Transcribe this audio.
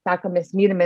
tą ką mes mylime